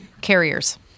carriers